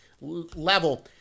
level